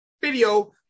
video